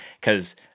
Because-